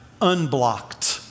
unblocked